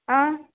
आं